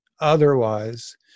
otherwise